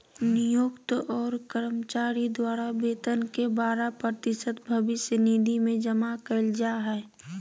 नियोक्त और कर्मचारी द्वारा वेतन के बारह प्रतिशत भविष्य निधि में जमा कइल जा हइ